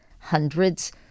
hundreds